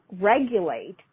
regulate